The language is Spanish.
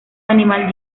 animal